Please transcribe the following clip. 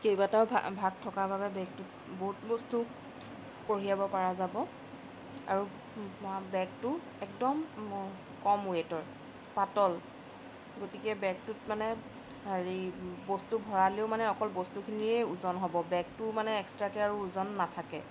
কেইবাটাও ভাগ থকা বাবে বেগটোত বহুত বস্তু কঢ়িয়াব পৰা যাব আৰু বেগটো একদম কম ৱেইটৰ পাতল গতিকে বেগটোত মানে হেৰি বস্তু ভৰালেও মানে অকল বস্তুখিনিৰেই ওজন হ'ব বেগটোৰ মানে এক্সট্ৰাকৈ আৰু ওজন নাথাকে